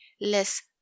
less